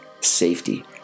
safety